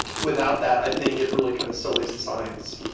without that, i think it really kind of sullies the science.